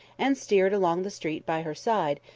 and steered along the street by her side,